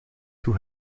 hoe